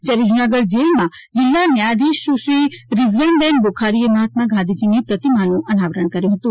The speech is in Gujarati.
જયારે જૂનાગઢ જેલમાં જિલ્લા ન્યાયાધીશ સુશ્રી રીઝવાનબેન બુખારીએ મહાત્મા ગાંધીની પ્રતિમાનું અનાવરણ કર્યું હતું